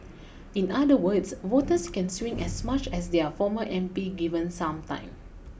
in other words voters can swing as much as their former M P given some time